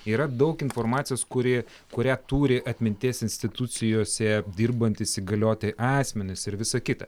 yra daug informacijos kuri kurią turi atminties institucijose dirbantys įgalioti asmenys ir visa kita